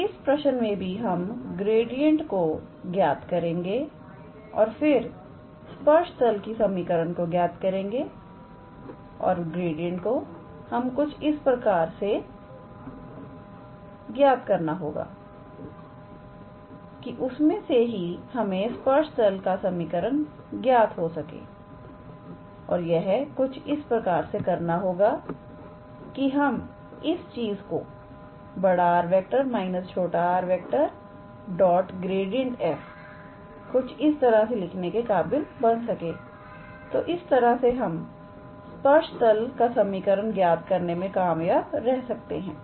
तो इस प्रश्न में भी हम ग्रेडियंट को ज्ञात करेंगे और फिर स्पर्श तल की समीकरण को ज्ञात करेंगे और ग्रेडियंट को हमें कुछ इस प्रकार से ज्ञात करना होगाकि उसमें से ही हमें स्पर्श तल का समीकरण ज्ञात कर सके और इसे हमें कुछ इस प्रकार से करना होगा कि हम इस चीज को 𝑅⃗ − 𝑟 𝑔𝑟𝑎𝑑𝑓 कुछ इस तरह लिखने के काबिल बन सके तो इस तरह से हम स्पर्श तल का समीकरण ज्ञात करने में कामयाब रह सकते हैं